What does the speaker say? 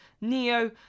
Neo